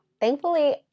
thankfully